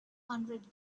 hundred